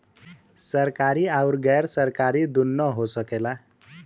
सरकारी आउर गैर सरकारी दुन्नो हो सकेला